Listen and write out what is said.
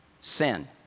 sin